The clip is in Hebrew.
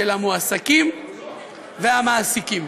של המועסקים והמעסיקים.